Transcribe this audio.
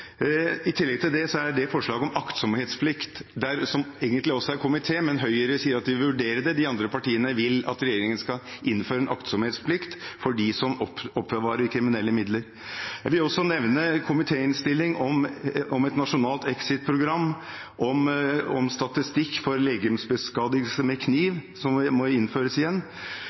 I tillegg stiller flertallet seg egentlig bak forslaget om aktsomhetsplikt. Høyre sier at de vurderer det, mens de andre partiene vil at regjeringen skal innføre en aktsomhetsplikt for dem som oppbevarer kriminelle midler. Jeg vil også nevne komitéinnstillingen om et nasjonalt exit-program og om at statistikk for legemsbeskadigelse med kniv må innføres igjen,